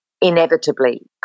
inevitably